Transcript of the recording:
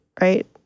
right